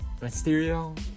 Mysterio